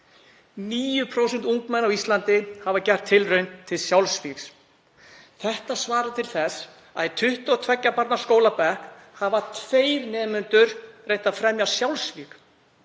9% ungmenna á Íslandi hafa gert tilraun til sjálfsvígs. Þetta svarar til þess að í 22 barna skólabekk hafi tveir nemendur reynt að fremja sjálfsvíg.